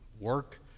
work